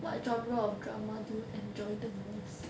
what genre of drama do you enjoy the most